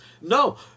No